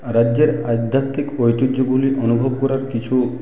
রাজ্যের আধ্যাত্মিক ঐতিহ্যগুলি অনুভব করার কিছু